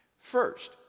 First